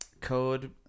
code